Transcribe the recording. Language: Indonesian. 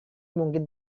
mungkin